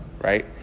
right